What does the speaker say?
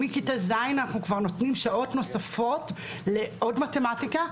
מכיתה ז' אנחנו כבר נותנים שעות נוספות לעוד מתמטיקה,